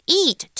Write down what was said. eat